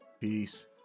Peace